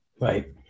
right